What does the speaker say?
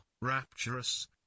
rapturous